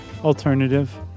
alternative